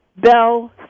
Bell